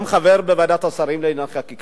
גם חבר בוועדת השרים לענייני חקיקה,